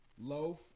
loaf